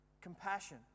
Compassion